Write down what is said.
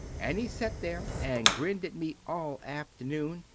and he set their and grinnd at me all afternoon,